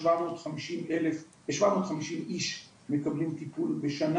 שבע מאות חמישים איש מקבלים טיפול בשנה.